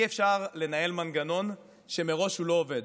אי-אפשר לנהל מנגנון שמראש לא עובד.